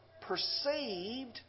perceived